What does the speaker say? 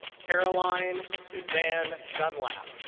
caroline susanne dunlap.